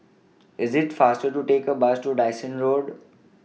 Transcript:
IS IT faster to Take A Bus to Dyson Road